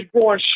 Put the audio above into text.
growing